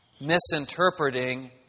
misinterpreting